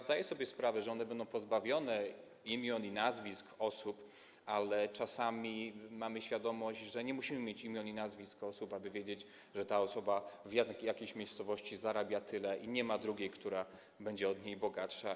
Zdaję sobie sprawę, że one będą pozbawione imion i nazwisk osób, ale czasami mamy świadomość, że nie musimy znać imion i nazwisk osób, aby wiedzieć, że dana osoba w jakiejś miejscowości zarabia tyle i nie ma drugiej, która będzie od niej bogatsza.